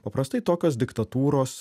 paprastai tokios diktatūros